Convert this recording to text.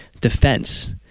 defense